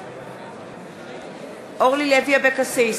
נגד אורלי לוי אבקסיס,